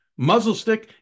Muzzlestick